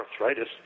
arthritis